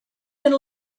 and